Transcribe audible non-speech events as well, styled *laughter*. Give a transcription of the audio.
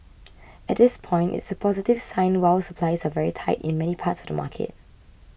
*noise* at this point it's a positive sign while supplies are very tight in many parts of the market